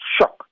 shock